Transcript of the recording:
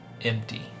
empty